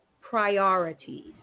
priorities